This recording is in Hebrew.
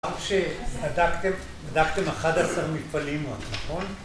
כשבדקתם, בדקתם 11 מפעלים עוד, נכון?